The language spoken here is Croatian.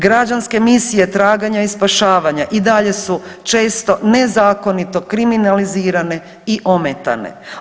Građanske misije traganja i spašavanja i dalje su često nezakonito kriminalizirane i ometane.